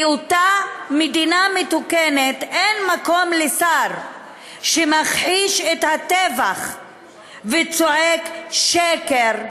באותה מדינה מתוקנת אין מקום לשר שמכחיש את הטבח וצועק "שקר"